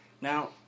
Now